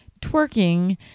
twerking